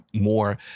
more